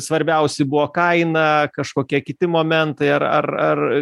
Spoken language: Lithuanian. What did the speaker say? svarbiausi buvo kaina kažkokie kiti momentai ar ar ar